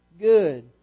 good